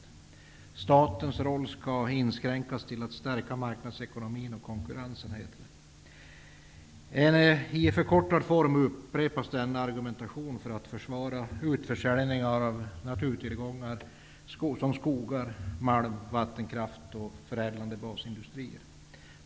Det heter att statens roll skall inskränkas till att stärka marknadsekonomin och konkurrensen. I förkortad form upprepas denna argumentation för att försvara utförsäljning av naturtillgångar som skogar, mark och vattenkraft och dessutom basindustrier för förädlande av produkter.